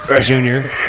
Junior